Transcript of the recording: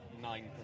nine